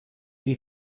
die